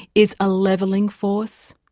is a levelling force,